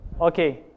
Okay